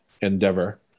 endeavor